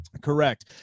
Correct